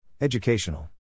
Educational